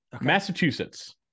Massachusetts